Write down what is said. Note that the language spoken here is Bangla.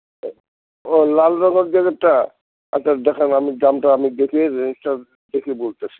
ও লাল রঙের জ্যাকেটটা আচ্ছা দেখেন আমি দামটা আমি দেখে রেঞ্জটা দেখে বলতাছি